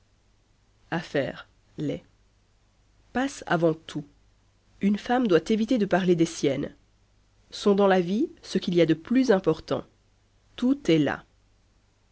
affaires les passent avant tout une femme doit éviter de parler des siennes sont dans la vie ce qu'il y a de plus important tout est là